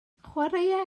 chwaraea